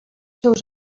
seus